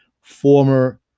former